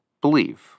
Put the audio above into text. believe